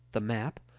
the map,